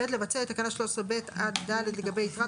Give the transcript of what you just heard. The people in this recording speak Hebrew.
(ב)לבצע את תקנה 13(ב) עד (ד) לגבי יתרת